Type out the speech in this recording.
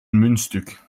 muntstuk